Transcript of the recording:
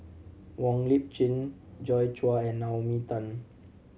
Wong Lip Chin Joi Chua and Naomi Tan